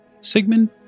sigmund